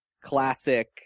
classic